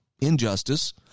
injustice